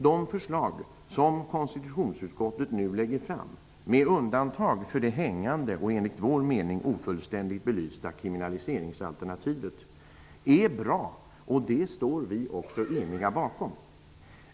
De förslag som konstitutionsutskottet nu lägger fram -- med undantag för det nu aktuella, enligt vår mening ofullständigt belysta, kriminaliseringsalternativet -- är bra och står vi eniga bakom.